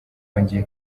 yongeye